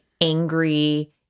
angry